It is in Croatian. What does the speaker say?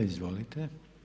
Izvolite.